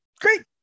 Great